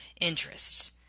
interests